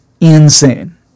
insane